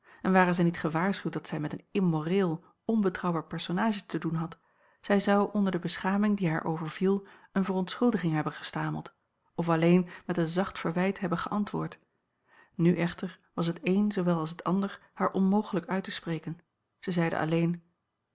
en ware zij niet gewaarschuwd dat zij met een immoreel onbetrouwbaar personage te doen had zij zou onder de beschaming die haar overviel eene verontschuldiging hebben gestameld of alleen met een zacht verwijt hebben geantwoord nu echter was het een zoowel als het ander haar onmogelijk uit te spreken zij zeide alleen